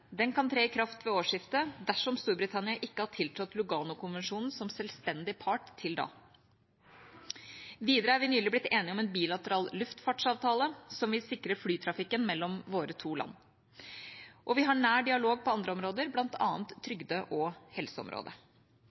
Den kan tre i kraft ved årsskiftet, dersom Storbritannia ikke har tiltrådt Luganokonvensjonen som selvstendig part til da. Videre er vi nylig blitt enige om en bilateral luftfartsavtale, som vil sikre flytrafikken mellom våre to land. Og vi har nær dialog på andre området, bl.a. på trygde- og